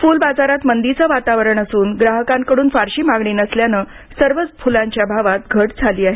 फलबाजारात मंदीचे वातावरण असन ग्राहकांकडन फारशी मागणी नसल्याने सर्वच फूलांच्या भावात घट झाली आहे